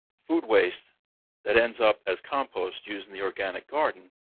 food waste that ends up as compost using the organic garden